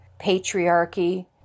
patriarchy